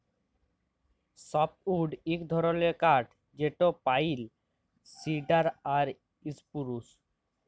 softwood ইক ধরলের কাঠ যেট পাইল, সিডার আর ইসপুরুস